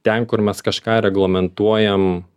ten kur mes kažką reglamentuojam